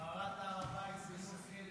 הבערת הר הבית מסכנת